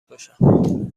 باشم